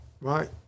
right